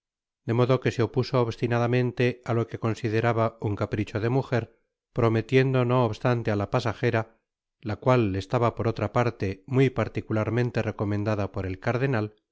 de modo que se opuso obstinadamente á lo que consideraba un capricho de mujer prometiendo no obstante á la pasajera la cual le estaba por otra parte muy particularmente recomendada por el cardenal